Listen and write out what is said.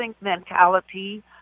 mentality